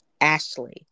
Ashley